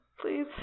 please